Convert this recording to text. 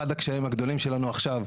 אחד הקשיים הגדולים שלנו עכשיו,